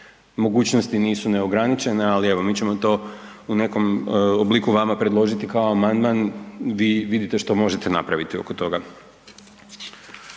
mogućnosti nisu neograničene, ali evo mi ćemo to u nekom obliku vama predložiti kao amandman, vi vidite šta možete napraviti oko toga.